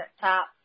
top